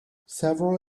several